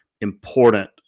important